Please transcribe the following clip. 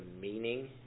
meaning